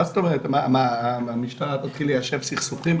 מה זאת אומרת, המשטרה תתחיל ליישב סכסוכים?